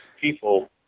people